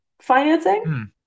financing